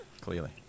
Clearly